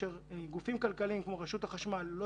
כאשר גופים כלכליים כמו רשות החשמל לא